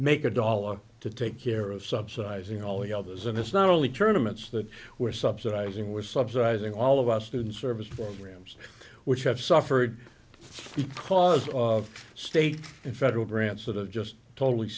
make a dollar to take care of subsidizing all the others and it's not only tournaments that we're subsidizing we're subsidizing all of our students service programs which have suffered because of state and federal grants that are just totally